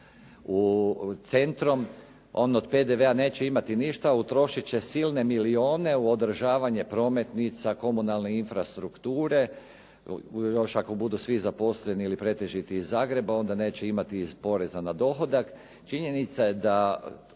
centrom, on od PDV-a neće imati ništa, utrošit će silne milijune u održavanje prometnica, komunalne infrastrukture, još ako budu svi zaposleni pretežno iz Zagreba, onda neće imati poreza na dohodak. Činjenica je da